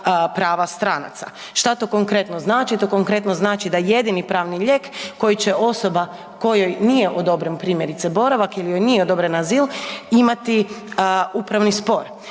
prava stranaca. Šta to konkretno znači? To konkretno znači da jedini pravni lijek koji će osoba kojoj nije odobren primjerice boravak ili joj nije odobren azil imati upravni spor.